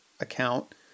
account